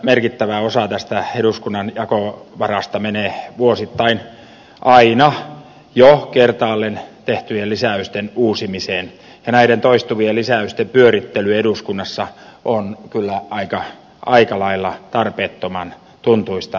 merkittävä osa tästä eduskunnan jakovarasta menee vuosittain aina jo kertaalleen tehtyjen lisäysten uusimiseen ja näiden toistuvien lisäysten pyörittely eduskunnassa on kyllä aika lailla tarpeettoman tuntuista